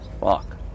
Fuck